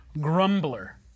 grumbler